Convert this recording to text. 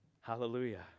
hallelujah